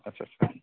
आदसा आदसा